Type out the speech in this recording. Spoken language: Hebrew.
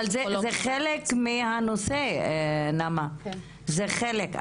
אבל זה חלק מהנושא נעמה, זה חלק.